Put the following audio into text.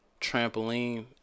trampoline